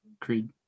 Creed